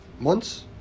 months